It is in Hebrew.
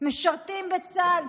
משרתים בצה"ל.